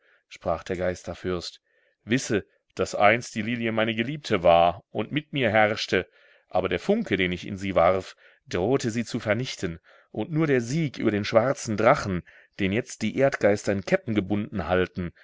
sprach der geisterfürst wisse daß einst die lilie meine geliebte war und mit mir herrschte aber der funke den ich in sie warf drohte sie zu vernichten und nur der sieg über den schwarzen drachen den jetzt die erdgeister in ketten gebunden halten